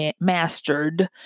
mastered